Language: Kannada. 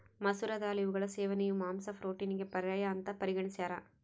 ಮಸೂರ ದಾಲ್ ಇವುಗಳ ಸೇವನೆಯು ಮಾಂಸ ಪ್ರೋಟೀನಿಗೆ ಪರ್ಯಾಯ ಅಂತ ಪರಿಗಣಿಸ್ಯಾರ